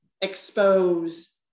expose